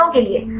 संरचनाओं के लिए